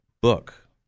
book